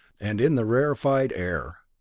and in the rarefied air,